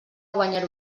guanyar